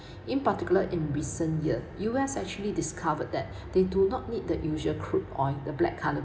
in particular in recent year U_S actually discovered that they do not need the usual crude oil the black color